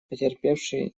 потерпевшие